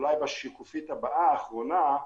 אולי השקופית הבאה, האחרונה,